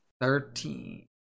thirteen